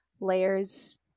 layers